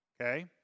okay